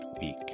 week